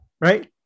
right